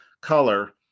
color